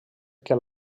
que